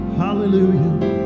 hallelujah